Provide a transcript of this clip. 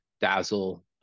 Dazzle